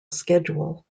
schedule